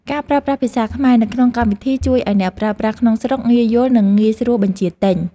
ការប្រើប្រាស់ភាសាខ្មែរនៅក្នុងកម្មវិធីជួយឱ្យអ្នកប្រើប្រាស់ក្នុងស្រុកងាយយល់និងងាយស្រួលបញ្ជាទិញ។